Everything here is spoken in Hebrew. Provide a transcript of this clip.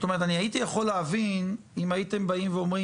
אני הייתי יכול להבין אם הייתם באים ואומרים,